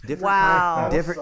Wow